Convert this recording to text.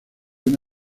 una